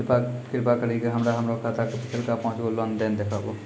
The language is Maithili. कृपा करि के हमरा हमरो खाता के पिछलका पांच गो लेन देन देखाबो